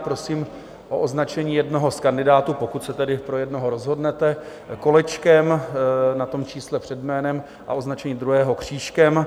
Prosím o označení jednoho z kandidátů pokud se tedy pro jednoho rozhodnete kolečkem na čísle před jménem a označení druhého křížkem.